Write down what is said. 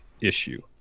issue